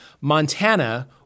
Montana